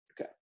Okay